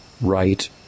right